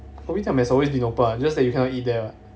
kopitiam has always been open what just that you cannot eat there